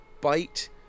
bite